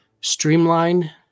streamline